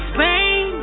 Spain